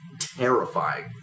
terrifying